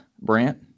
Brant